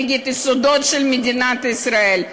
נגד היסודות של מדינת ישראל.